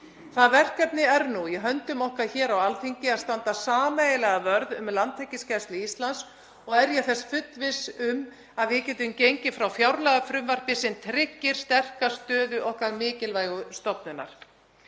Það verkefni er nú í höndum okkar hér á Alþingi að standa sameiginlegan vörð um Landhelgisgæslu Íslands og er ég þess fullviss um að við getum gengið frá fjárlagafrumvarpi sem tryggir sterka stöðu okkar mikilvægu stofnunar.